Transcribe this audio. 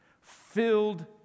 Filled